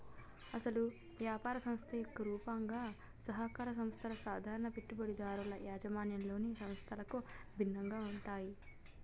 అసలు యాపార సంస్థ యొక్క రూపంగా సహకార సంస్థల సాధారణ పెట్టుబడిదారుల యాజమాన్యంలోని సంస్థలకు భిన్నంగా ఉంటాయి